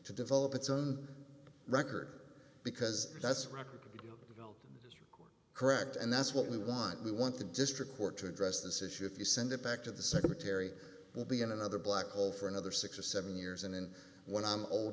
to develop its own record because that's record correct and that's what we want we want the district court to address this issue if you send it back to the secretary will be in another black hole for another six or seven years and then when i'm old